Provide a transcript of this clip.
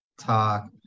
talk